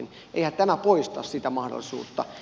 eihän tämä poista sitä mahdollisuutta